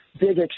Big